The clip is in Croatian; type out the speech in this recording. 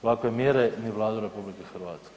Ovakve mjere ni Vladu RH.